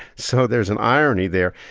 so there's an irony there.